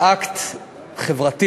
זה אקט חברתי,